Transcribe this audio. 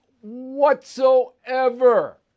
whatsoever